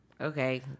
Okay